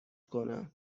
کنم